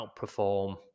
outperform